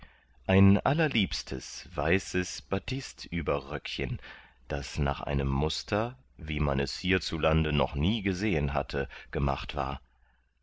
ein allerliebstes weißes batistüberröckchen das nach einem muster wie man es hierzulande noch nie gesehen hatte gemacht war